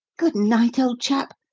good-night, old chap!